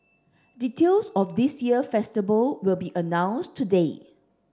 details of this year festival will be announced today